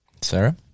Sarah